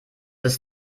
des